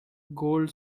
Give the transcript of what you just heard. gold